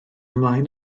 ymlaen